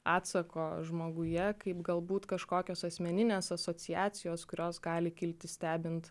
atsako žmoguje kaip galbūt kažkokios asmeninės asociacijos kurios gali kilti stebint